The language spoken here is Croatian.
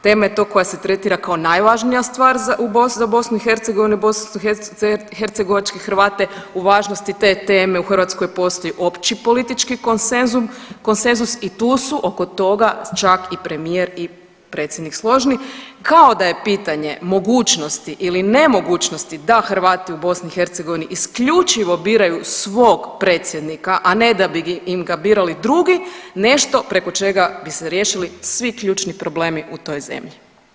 Tema je to koja se tretira kao najvažnija stvar za BiH i bosanskohercegovačke Hrvate u važnosti te teme u Hrvatskoj postoji opći politički konsenzus i tu su oko toga čak i premijer i predsjednik složni, kao da je pitanje mogućnosti ili nemogućnosti da Hrvati u BiH isključivo biraju svog predsjednika, a ne da bi im ga birali drugi nešto preko čega bi se riješili svi ključni problemi u toj zemlji.